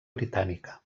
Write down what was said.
britànica